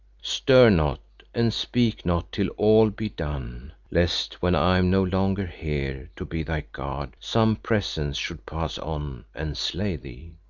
stir not and speak not till all be done, lest when i am no longer here to be thy guard some presence should pass on and slay thee.